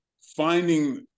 finding